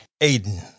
Aiden